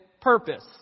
purpose